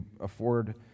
afford